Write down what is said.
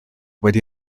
wedi